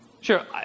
Sure